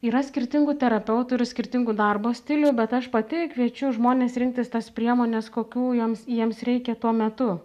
yra skirtingų terapeutų ir skirtingų darbo stilių bet aš pati kviečiu žmones rinktis tas priemones kokių joms jiems reikia tuo metu